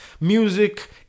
music